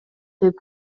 деп